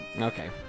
Okay